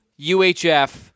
UHF